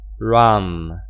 run